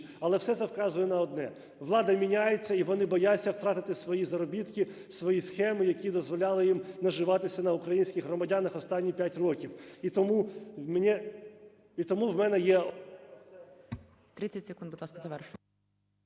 Але все це вказує на одне: влада міняється - і вони бояться втратити свої заробітки, свої схеми, які дозволяли їм наживатися на українських громадянах останні 5 років. І тому в мене є…